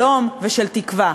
של שלום ושל תקווה.